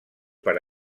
per